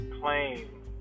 claim